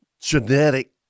genetic